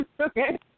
Okay